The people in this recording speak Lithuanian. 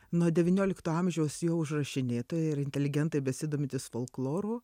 nuo devyniolikto amžiaus jo užrašinėtojai ir inteligentai besidomintys folkloru